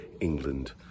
England